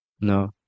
No